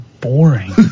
boring